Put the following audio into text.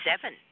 seven